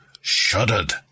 shuddered